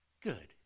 Good